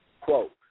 Quote